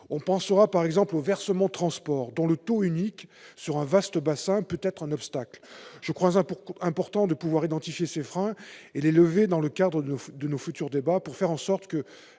on pense par exemple au versement transport, dont le taux unique sur un vaste bassin peut être un obstacle. Je crois important de pouvoir identifier ces freins et les lever dans le cadre de nos futurs débats pour faire en sorte que